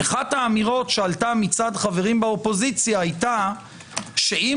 אחת האמירות שעלתה מצד חברים באופוזיציה הייתה שאם